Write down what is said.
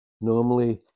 Normally